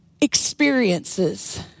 experiences